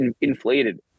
inflated